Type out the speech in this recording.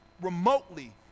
remotely